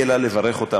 לביטחון